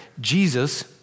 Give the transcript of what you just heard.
Jesus